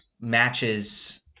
matches